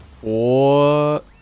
four